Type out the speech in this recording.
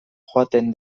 joaten